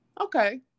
Okay